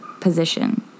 position